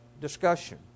discussion